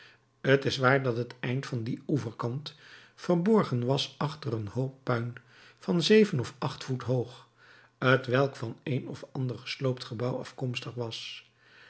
t is waar dat het eind van dien oeverkant verborgen was achter een hoop puin van zeven of acht voet hoog t welk van een of ander gesloopt gebouw afkomstig was